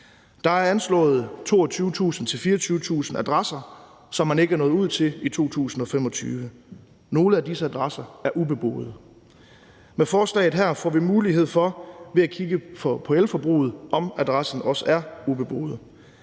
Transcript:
der er 22.000-24.000 adresser, som man ikke vil være nået ud til i 2025. Nogle af disse adresser er ubeboet. Med forslaget her får vi ved at kigge på elforbruget mulighed for at